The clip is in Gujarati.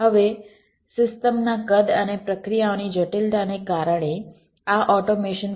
હવે સિસ્ટમના કદ અને પ્રક્રિયાઓની જટિલતાને કારણે આ ઓટોમેશન ફરજિયાત છે